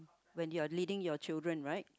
when you are leading your children right